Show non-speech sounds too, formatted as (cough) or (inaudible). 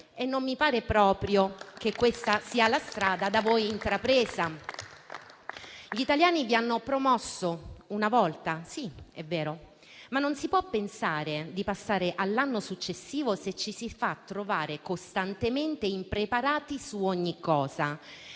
e non mi pare proprio che questa sia la strada da voi intrapresa. (applause) Gli italiani vi hanno promosso una volta, sì, è vero, ma non si può pensare di passare all'anno successivo se ci si fa trovare costantemente impreparati su ogni cosa